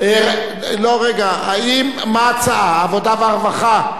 לא, רגע, מה ההצעה, העבודה והרווחה?